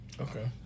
Okay